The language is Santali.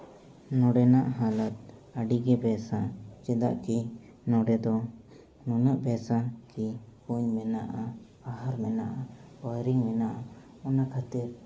ᱱᱚᱸᱰᱮᱱᱟᱜ ᱦᱟᱞᱚᱛ ᱟᱹᱰᱤᱜᱮ ᱵᱮᱥᱟ ᱪᱮᱫᱟᱜ ᱠᱤ ᱱᱚᱸᱰᱮ ᱫᱚ ᱱᱩᱱᱟᱹᱜ ᱵᱮᱥᱟ ᱠᱤ ᱠᱩᱧ ᱢᱮᱱᱟᱜᱼᱟ ᱟᱦᱟᱨ ᱢᱮᱱᱟᱜᱼᱟ ᱵᱳᱭᱨᱤᱝ ᱢᱮᱱᱟᱜᱼᱟ ᱚᱱᱟ ᱠᱷᱟᱹᱛᱤᱨ